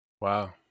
Wow